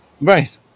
Right